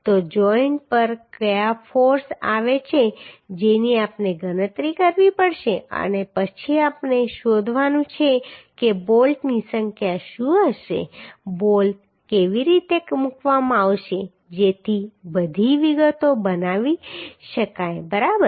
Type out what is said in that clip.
તો જોઈન્ટ પર કયા ફોર્સ આવે છે જેની આપણે ગણતરી કરવી પડશે અને પછી આપણે શોધવાનું છે કે બોલ્ટની સંખ્યા શું હશે બોલ્ટ કેવી રીતે મૂકવામાં આવશે જેથી બધી વિગતો બનાવી શકાય બરાબર